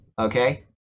okay